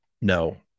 no